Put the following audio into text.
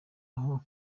aho